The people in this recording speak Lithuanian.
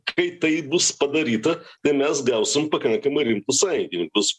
kai tai bus padaryta tai mes gausim pakankamai rimtus sąjungininkus